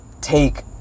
take